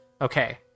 Okay